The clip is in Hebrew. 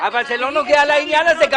אבל זה לא נוגע לעניין הזה.